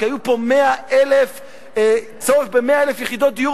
כי היה צורך ב-100,000 יחידות דיור